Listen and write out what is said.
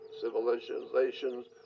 civilizations